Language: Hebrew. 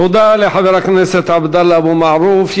תודה לחבר הכנסת עבדאללה אבו מערוף.